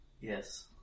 Yes